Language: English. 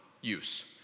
use